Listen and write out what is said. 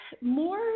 more